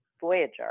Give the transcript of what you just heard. Voyager